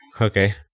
Okay